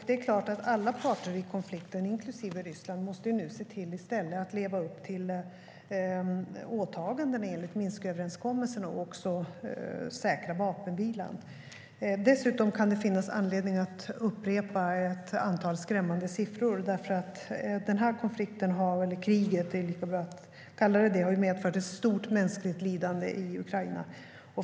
Det är klart att alla parter i konflikten, inklusive Ryssland, måste se till att leva upp till åtagandena enligt Minsköverenskommelsen och säkra vapenvilan. Dessutom kan det finnas anledning att upprepa ett antal skrämmande siffror. Konflikten har medfört - eller kriget, det är lika bra att kalla det för kriget - ett stort mänskligt lidande i Ukraina.